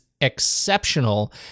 exceptional